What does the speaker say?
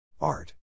Art